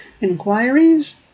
inquiries